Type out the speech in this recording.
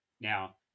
Now